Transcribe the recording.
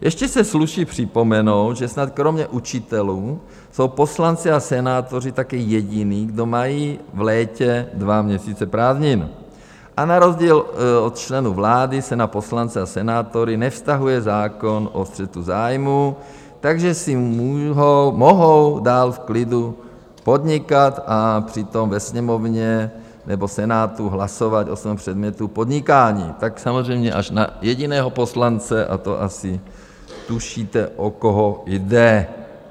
Ještě se sluší připomenout, že snad kromě učitelů jsou poslanci a senátoři také jediní, kdo mají v létě dva měsíce prázdnin, a na rozdíl od členů vlády se na poslance a senátory nevztahuje zákon o střetu zájmů, takže si mohou dál v klidu podnikat a při tom ve Sněmovně nebo Senátu hlasovat o svém předmětu podnikání, samozřejmě až na jediného poslance, a to asi tušíte, o koho jde.